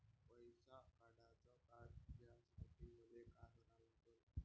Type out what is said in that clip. पैसा काढ्याचं कार्ड घेण्यासाठी मले काय करा लागन?